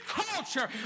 culture